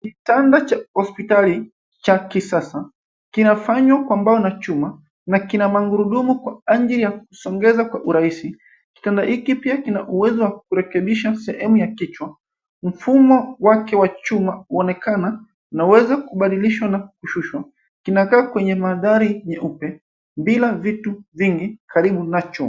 Kitanda cha hospitali cha kisasa, kinafanywa kwa mbao na chuma na kina magurudumu kwa ajili ya kusongeza kwa urahisi. Kitanda hiki pia kina uwezo wa kurekebisha sehemu ya kichwa. Mfumo wake wa chuma huonekana una uwezo wa kubadilishwa na kushushwa. kinakaa kwenye madhari nyeupe bila vitu vingi karibu nacho.